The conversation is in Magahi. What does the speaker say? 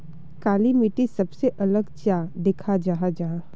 काली मिट्टी सबसे अलग चाँ दिखा जाहा जाहा?